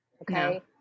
okay